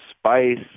spice